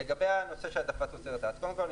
לגבי העדפת תוצרת הארץ קודם כול,